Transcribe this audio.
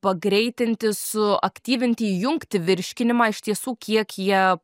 pagreitinti suaktyvinti įjunkti virškinimą iš tiesų kiek jie